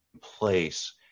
place